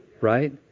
right